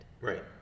Right